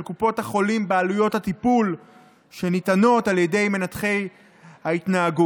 קופות החולים בעלויות הטיפול שניתן על ידי מנתחי ההתנהגות.